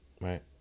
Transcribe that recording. right